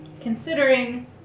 considering